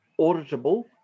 auditable